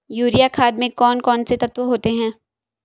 Urea खाद में कौन कौन से तत्व होते हैं?